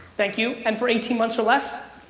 thank you, and for eighteen months or less?